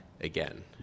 again